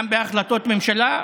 גם בהחלטות ממשלה,